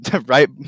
right